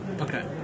Okay